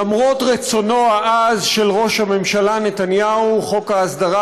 למרות רצונו העז של ראש הממשלה נתניהו חוק ההסדרה